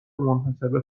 منحصربه